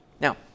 Now